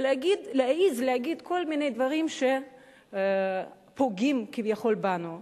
ולהעז להגיד כל מיני דברים שפוגעים כביכול בנו.